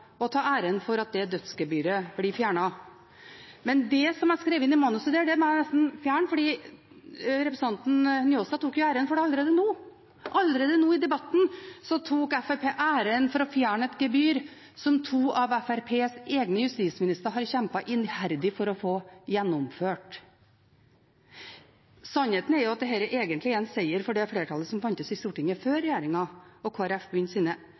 og ta æren for at dette «dødsgebyret» blir fjernet. Men det som jeg skrev inn i manuset, må jeg nesten fjerne, for representanten Njåstad tok jo æren for det allerede nå. Allerede nå, i debatten, tok Fremskrittspartiet æren for å fjerne et gebyr som to av Fremskrittspartiets egne justisministere har kjempet iherdig for å få gjennomført. Sannheten er at dette egentlig er en seier for det flertallet som fantes i Stortinget før regjeringen og Kristelig Folkeparti begynte sine